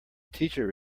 teacher